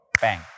Bang